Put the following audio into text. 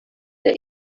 der